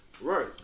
Right